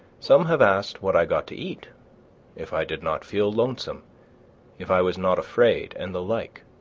some have asked what i got to eat if i did not feel lonesome if i was not afraid and the like.